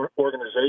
organization